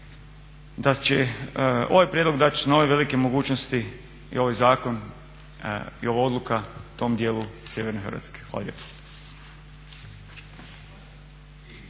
da će ovaj prijedlog … nove velike mogućnosti i ovaj zakon i ova odluka tom dijelu sjeverne Hrvatske.